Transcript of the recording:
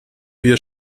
wir